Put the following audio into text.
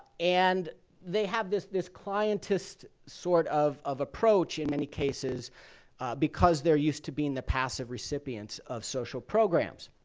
and they have this this clientist sort of of approach in many cases because they're used to being the passive recipients of social programs.